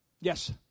Yes